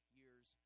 years